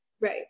Right